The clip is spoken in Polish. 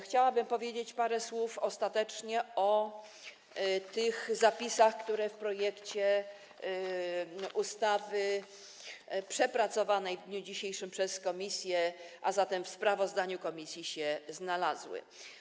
Chciałabym powiedzieć parę słów o tych zapisach, które w projekcie ustawy przepracowanej w dniu dzisiejszym przez komisję, a zatem w sprawozdaniu komisji, się znalazły.